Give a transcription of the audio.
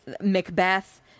Macbeth